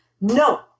No